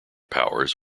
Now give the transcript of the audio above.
powers